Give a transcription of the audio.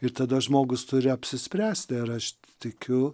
ir tada žmogus turi apsispręsti ar aš tikiu